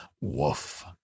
Woof